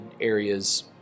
areas